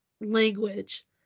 language